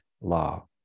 law